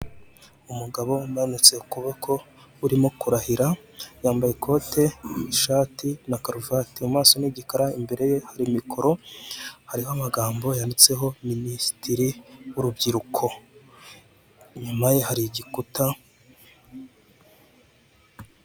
Umugabo umanitse ukuboko urimo kurahira, yambaye ikote ishati na karuvati mu maso n'igikara imbere ye hari mikoro hariho amagambo yanditseho minisitiri w'urubyiruko inyuma ye hari igikuta.